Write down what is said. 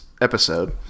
episode